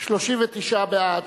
להעביר את